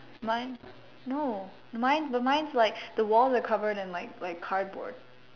mine no mine the mine's but mine's like the walls are covered in like like cardboard